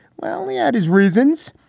well, he had his reasons.